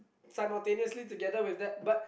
simultaneously together with that but